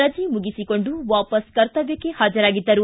ರಜೆ ಮುಗಿಸಿಕೊಂಡು ವಾಪಸ್ ಕರ್ತವ್ಯಕ್ಕೆ ಹಾಜರಾಗಿದ್ದರು